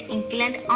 England